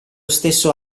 stesso